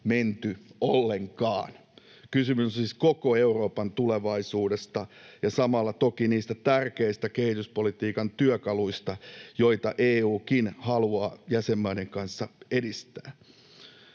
menty ollenkaan. Kysymys on siis koko Euroopan tulevaisuudesta ja samalla toki niistä tärkeistä kehityspolitiikan työkaluista, joita EU:kin haluaa jäsenmaiden kanssa edistää.